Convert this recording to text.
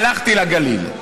הלכתי לגליל.